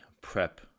Prep